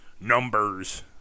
numbers